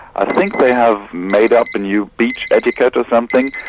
i think they have made up a new beach etiquette or something,